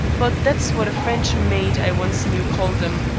but that's what a french maid i once knew called em.